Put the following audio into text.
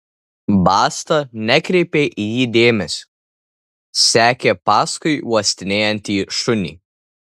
basta nekreipė į jį dėmesio sekė paskui uostinėjantį šunį